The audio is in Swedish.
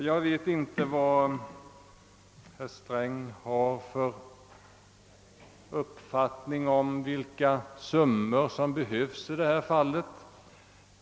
Jag vet inte vad herr Sträng har för uppfattning om de summor som behövs i detta fall.